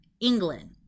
England